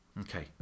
okay